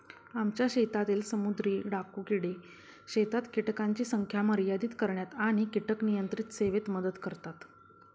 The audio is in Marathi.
आमच्या शेतातील समुद्री डाकू किडे शेतात कीटकांची संख्या मर्यादित करण्यात आणि कीटक नियंत्रण सेवेत मदत करतात